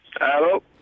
Hello